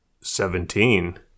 Seventeen